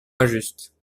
injuste